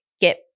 get